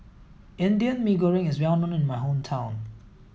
Indian Mee Goreng is well known in my hometown